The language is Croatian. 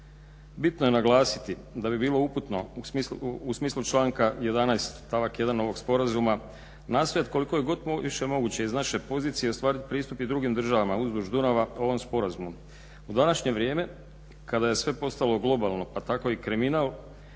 Bitno je naglasiti da bi bilo uputno u smislu članka 11.stavak 1.ovog sporazuma nastojati koliko je god više moguće iz naše pozicije ostvariti pristup i drugim državama uzduž Dunava ovim sporazumom. U današnje vrijeme kada je sve postalo globalno pa tako i kriminal